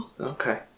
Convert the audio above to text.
Okay